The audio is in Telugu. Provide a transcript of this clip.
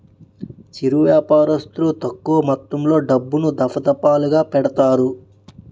చిరు వ్యాపారస్తులు తక్కువ మొత్తంలో డబ్బులను, దఫాదఫాలుగా పెడతారు